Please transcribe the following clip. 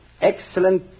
Excellent